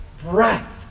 breath